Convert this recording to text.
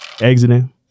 Exiting